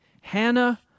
Hannah